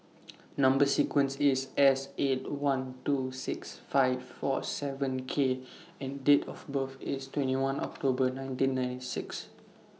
Number sequence IS S eight one two six five four seven K and Date of birth IS twenty one October nineteen ninety six